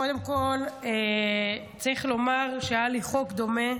קודם כול, צריך לומר שהיה לי חוק דומה,